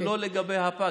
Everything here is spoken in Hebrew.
לא לגבי הפג.